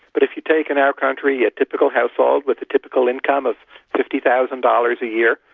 but if you take in our country a typical household with a typical income of fifty thousand dollars a year,